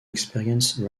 experienced